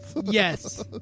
Yes